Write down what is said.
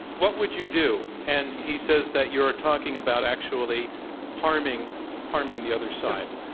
what would you do and he says that you are talking about actually harming harming the other side.